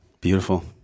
Beautiful